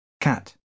Cat